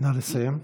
נא לסיים.